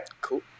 cool